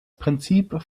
prinzip